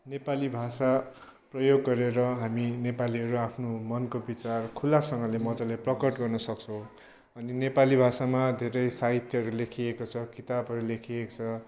नेपाली भाषा प्रयोग गरेर हामी नेपालीहरू आफ्नो मनको विचार खुल्लासँगले मजाले प्रकट गर्नसक्छौँ अनि नेपाली भाषामा धेरै साहित्यहरू लेखिएको छ किताबहरू लेखिएको छ